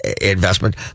investment